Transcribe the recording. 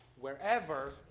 wherever